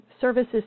services